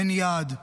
אין יעד.